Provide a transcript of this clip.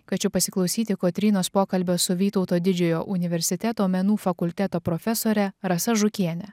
kviečiu pasiklausyti kotrynos pokalbio su vytauto didžiojo universiteto menų fakulteto profesore rasa žukiene